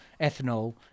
ethanol